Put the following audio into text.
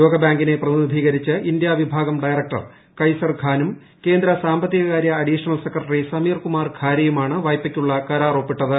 ലോക ബാങ്കിനെ പ്രതിനിധീകരിച്ച് ഇന്ത്യ വിഭാഗം ഡയറക്ടർ കൈസർ ഖാനും കേന്ദ്ര സാമ്പത്തിക കാര്യ അഡീഷണൽ സെക്രട്ടറി സമീർ കുമാർ ഖാരെയുമാണ് വായ്പക്കുള്ള കരാർ ഒപ്പിട്ടത്